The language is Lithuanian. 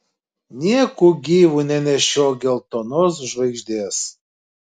nieku gyvu nenešiok geltonos žvaigždės